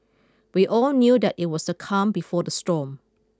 we all knew that it was the calm before the storm